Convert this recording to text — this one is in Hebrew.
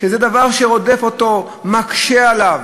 שזה דבר שרודף אותו, מקשה עליו,